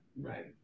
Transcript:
right